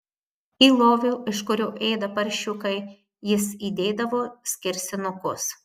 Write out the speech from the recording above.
į lovį iš kurio ėda paršiukai jis įdėdavo skersinukus